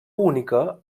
única